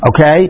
okay